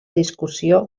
discussió